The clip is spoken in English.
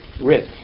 Rip